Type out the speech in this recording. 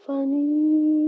Funny